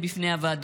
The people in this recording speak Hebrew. זו האמת.